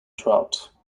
trout